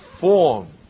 form